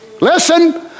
Listen